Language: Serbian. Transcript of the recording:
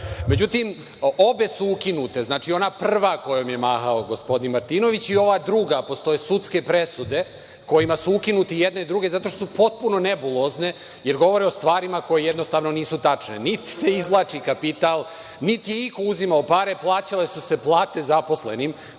javni.Međutim, obe su ukinute. Znači, ona prva kojom je mahao gospodin Martinović i ova druga. Postoje sudske presude kojima su ukinute i jedna i druga zato što su potpuno nebulozne jer govore o stvarima koje jednostavno nisu tačne. Niti se izvlači kapital, niti je iko uzimao pare. Plaćale su se plate zaposlenim